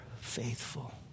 faithful